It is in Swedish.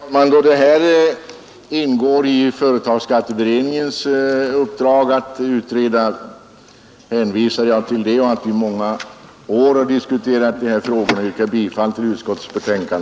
Herr talman! Då dessa frågor ingår i företagsskatteberedningens 771. 7. utredningsuppdrag och då vi under många år har diskuterat dem inskränker jag mig till att yrka bifall till utskottets hemställan.